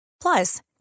Plus